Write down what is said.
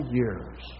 years